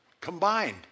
combined